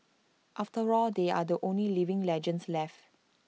after all they are the only living legends left